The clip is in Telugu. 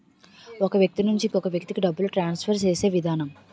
ఒక వ్యక్తి నుంచి ఇంకొక వ్యక్తికి డబ్బులు ట్రాన్స్ఫర్ చేసే విధానం